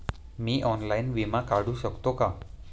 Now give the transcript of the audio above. मी online विमा काढू शकते का?